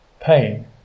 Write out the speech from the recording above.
Pain